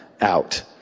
out